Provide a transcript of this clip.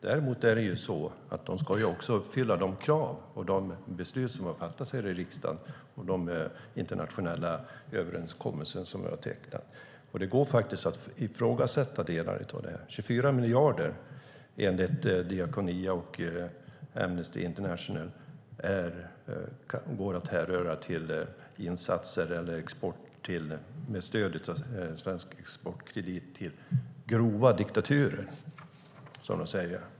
Däremot ska de också uppfylla de krav och beslut som har fattats här i riksdagen samt de internationella överenskommelser vi har tecknat, och det går faktiskt att ifrågasätta delar av detta. Enligt Diakonia och Amnesty International går 24 miljarder att härleda till insatser eller export med stöd av Svensk Exportkredit till "grova diktaturer", som de säger.